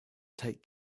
take